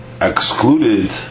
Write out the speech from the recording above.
Excluded